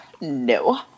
No